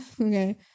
okay